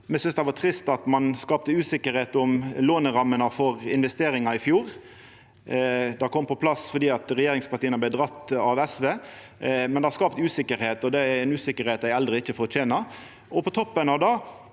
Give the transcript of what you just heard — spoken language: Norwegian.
Me synest det var trist at ein skapte usikkerheit om lånerammene for investeringar i fjor. Det kom på plass fordi regjeringspartia vart dregne av SV, men det har skapt usikkerheit, og det er ei usikkerheit dei eldre ikkje fortener. På toppen av det